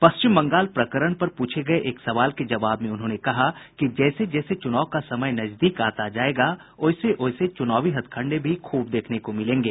पश्चिम बंगाल प्रकरण पर पूछे गये एक सवाल के जवाब में उन्होंने कहा कि जैसे जैसे चुनाव का समय नजदीक आता जायेगा वैसे वैसे चुनावी हथकंडे भी खूब देखने को मिलेंगे